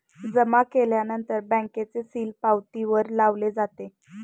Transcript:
जमा केल्यानंतर बँकेचे सील पावतीवर लावले जातो